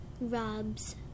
Rob's